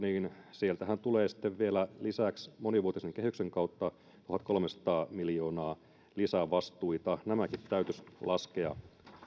sieltä työttömyyskassastahan tulee sitten vielä lisäksi monivuotisen kehyksen kautta tuhatkolmesataa miljoonaa lisävastuita nämäkin täytyisi laskea